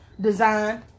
design